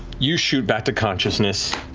you shoot back to consciousness,